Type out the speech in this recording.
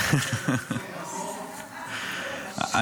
אפשר לקבל את הלו"ז שלך, מתי אתה הולך לכל מקום?